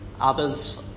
others